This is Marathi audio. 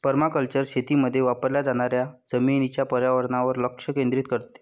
पर्माकल्चर शेतीमध्ये वापरल्या जाणाऱ्या जमिनीच्या पर्यावरणावर लक्ष केंद्रित करते